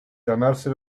ganarse